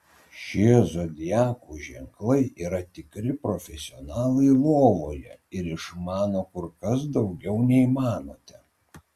šie zodiako ženklai yra tikri profesionalai lovoje ir išmano kur kas daugiau nei manote